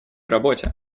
работе